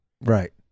right